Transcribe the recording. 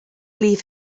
leave